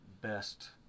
best